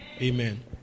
Amen